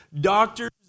doctors